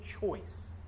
choice